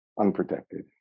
unprotected